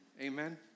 Amen